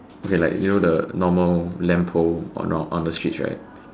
okay like you know the normal post around on the streets right